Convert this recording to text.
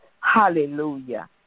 Hallelujah